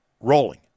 rolling